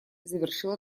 завершила